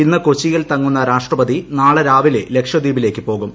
ഇന്ന് കൊച്ചിയിൽ തങ്ങുന്ന രാഷ്ട്രപതി നാളെ രാവിലെ ലക്ഷദ്വീപിലേയ്ക്ക് പോകും